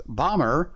bomber